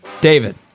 David